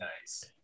Nice